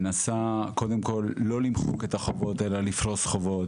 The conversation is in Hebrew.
קודם כל לא למחוק את החובות, אלא לפרוס חובות.